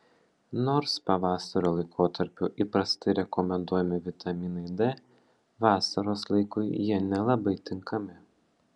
nors pavasario laikotarpiu įprastai rekomenduojami vitaminai d vasaros laikui jie nelabai tinkami